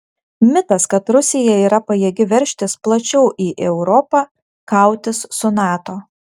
mitas kad rusija yra pajėgi veržtis plačiau į europą kautis su nato